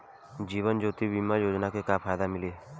जीवन ज्योति बीमा योजना के का फायदा मिली?